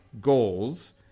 goals